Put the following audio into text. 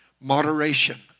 Moderation